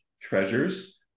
Treasures